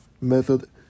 method